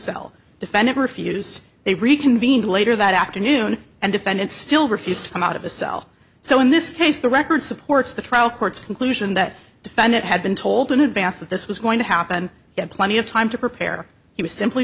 cell defendant refuse they reconvene later that afternoon and defendant still refused to come out of a cell so in this case the record supports the trial court's conclusion that defendant had been told in advance that this was going to happen plenty of time to prepare he was simply